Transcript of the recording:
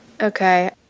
Okay